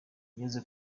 byageze